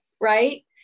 right